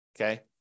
Okay